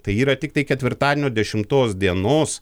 tai yra tiktai ketvirtadienio dešimtos dienos